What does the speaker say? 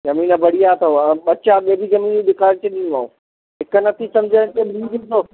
ज़मीन बढ़िया अथव ॿ चारि बि ॿी ज़मीन ॾेखारींदोमांव हिकु नथी सम्झि आहे त ॿी ॾिसो